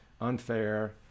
unfair